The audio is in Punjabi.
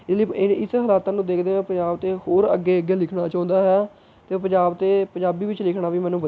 ਇ ਲਈ ਇ ਇਸ ਹਲਾਤਾਂ ਨੂੰ ਦੇਖਦੇ ਹੋਏ ਪੰਜਾਬ 'ਤੇ ਹੋਰ ਅੱਗੇ ਅੱਗੇ ਲਿਖਣਾ ਚਾਹੁੰਦਾ ਹਾਂ ਅਤੇ ਪੰਜਾਬ 'ਤੇ ਪੰਜਾਬੀ ਵਿੱਚ ਲਿਖਣਾ ਵੀ ਮੈਨੂੰ ਵ